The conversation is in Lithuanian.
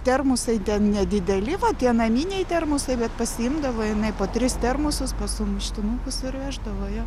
termosai nedideli tie naminiai termosai bet pasiimdavo jinai po tris termosus sumuštinukus ir veždavo jo